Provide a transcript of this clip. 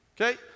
Okay